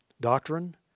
doctrine